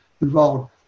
involved